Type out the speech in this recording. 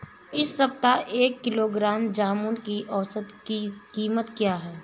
इस सप्ताह एक किलोग्राम जामुन की औसत कीमत क्या है?